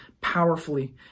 powerfully